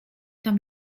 tam